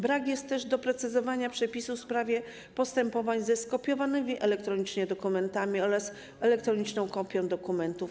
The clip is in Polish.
Brak jest też doprecyzowania przepisów w sprawie postępowań ze skopiowanymi elektronicznie dokumentami oraz z elektroniczną kopią dokumentów.